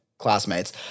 classmates